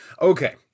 Okay